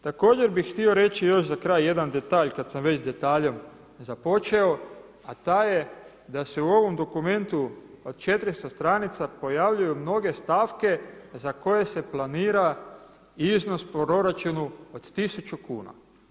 Također bi htio reći još za kraj jedan detalj kada sam već detalje započeo, a ta je da se u ovom dokumentu od 400 stranica pojavljuju mnoge stavke za koje se planira iznos u proračunu od tisuću kuna.